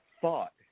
Thought